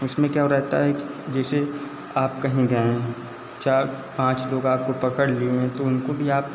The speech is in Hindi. इसमें क्याें रहता है कि जैसे आप कहीं गए हैं चार पाँच लोग आपको पकड़ लिए हैं तो उनको भी आप